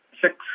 six